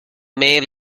may